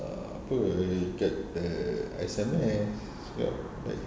err apa eh get the S_M_S sebab like